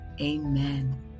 Amen